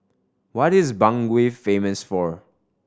what is Bangui famous for